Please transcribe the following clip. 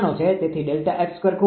તેથી Δ𝑓2 ખૂબ નાનું છે